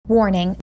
Warning